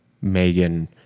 Megan